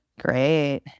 Great